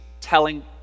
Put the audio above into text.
telling